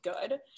good